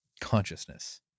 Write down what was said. consciousness